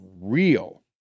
real